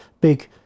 big